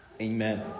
Amen